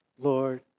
Lord